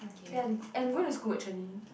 ya and where does school actually